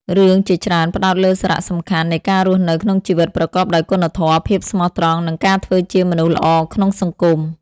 រឿងជាច្រើនផ្ដោតលើសារៈសំខាន់នៃការរស់នៅក្នុងជីវិតប្រកបដោយគុណធម៌ ភាពស្មោះត្រង់ និងការធ្វើជាមនុស្សល្អក្នុងសង្គម។